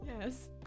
Yes